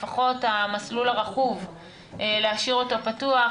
לפחות המסלול הרכוב להשאיר אותו פתוח.